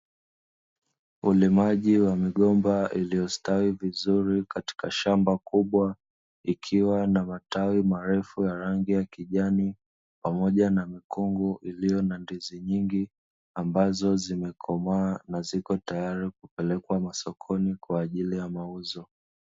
Ulimaji wa migomba iliyostawi vizuri katika shamba kubwa, ikiwa na matawi marefu ya rangi ya kijani pamoja na mikungu iliyo na ndizi nyingi ambazo zimekomaa na ziko tayari kupelekwa masokoni kwa ajili ya mauzo.